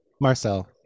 Marcel